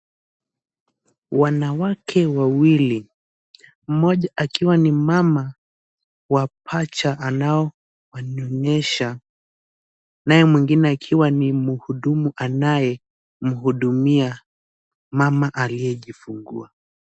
Wanawake wawili mmoja akiwa ni mama wa pacha anaowanyonyesha, naye mgine akiwa ni muhudumu anayemhudumia mama aliyejifungua.